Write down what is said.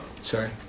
Sorry